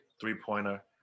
three-pointer